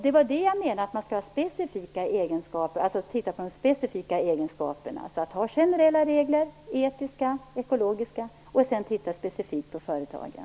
Det var det jag menade med de specifika egenskaperna. Man skall alltså ha generella regler, etiska och ekologiska, och sedan titta specifikt på företagen.